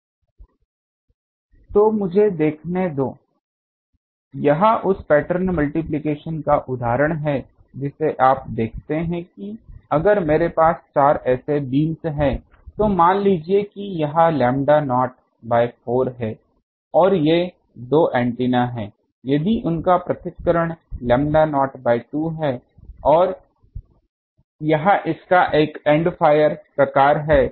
तो मुझे देखने दो यह उस पैटर्न मल्टिप्लिकेशन का उदाहरण है जिसे आप देखते हैं कि अगर मेरे पास चार ऐसे बीम हैं तो मान लीजिए कि यह लैम्ब्डा नॉट बाय 4 है और ये दो एंटीना हैं यदि उनका पृथक्करण लैम्ब्डा नॉट बाय 2 है यह इसका एक एन्ड फायर प्रकार है